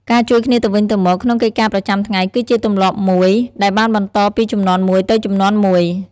ការជួយគ្នាទៅវិញទៅមកក្នុងកិច្ចការប្រចាំថ្ងៃ គឺជាទម្លាប់មួយដែលបានបន្តពីជំនាន់មួយទៅជំនាន់មួយ។